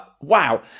wow